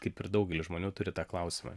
kaip ir daugelis žmonių turi tą klausimą